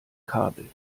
kabel